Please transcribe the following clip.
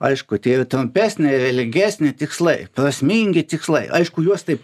aišku tai yra trumpesni relingesni tikslai prasmingi tikslai aišku juos taip